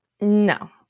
No